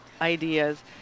ideas